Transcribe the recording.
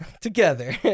together